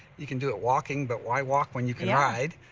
you can do it walking, but why walk when you can ride.